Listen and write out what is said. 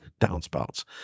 downspouts